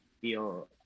feel